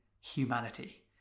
humanity